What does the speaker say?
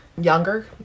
younger